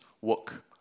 work